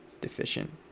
deficient